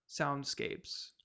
soundscapes